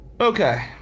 okay